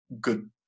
good